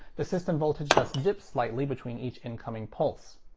the system voltage thus dips slightly between each incoming pulse.